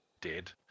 dead